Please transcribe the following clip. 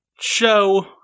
show